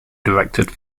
directed